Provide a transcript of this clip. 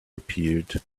appeared